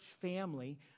family